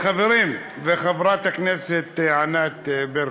זה לא משהו, חברים, וחברת הכנסת ענת ברקו,